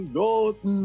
goats